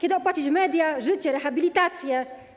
Jak opłacić media, życie, rehabilitację?